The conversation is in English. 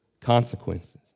consequences